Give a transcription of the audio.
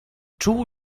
czuł